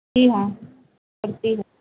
जी हाँ पड़ती है